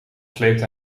sleepte